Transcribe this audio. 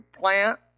plant